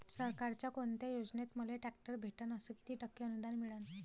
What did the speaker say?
सरकारच्या कोनत्या योजनेतून मले ट्रॅक्टर भेटन अस किती टक्के अनुदान मिळन?